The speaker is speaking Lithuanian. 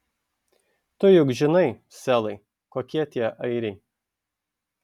tu juk žinai selai kokie tie airiai